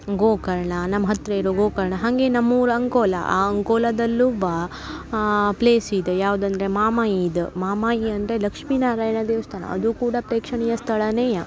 ಗೋಕರ್ಣ ನಮ್ಮ ಹತ್ರ ಇರೋ ಗೋಕರ್ಣ ಹಾಗೆ ನಮ್ಮ ಊರು ಅಂಕೋಲಾ ಆ ಅಂಕೋಲಾದಲ್ಲೂ ಬಾ ಪ್ಲೇಸ್ ಇದೆ ಯಾವ್ದು ಅಂದರೆ ಮಾಮಾಯಿದ ಮಾಮಾಯಿ ಅಂದರೆ ಲಕ್ಷ್ಮೀನಾರಾಯಣ ದೇವಸ್ಥಾನ ಅದು ಕೂಡ ಪ್ರೇಕ್ಷಣೀಯ ಸ್ತಳಾನೇಯ